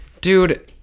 dude